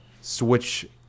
switch